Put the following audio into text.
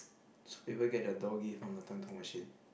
so people get the doggy from the machine